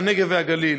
לנגב ולגליל.